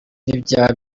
n’ibyaha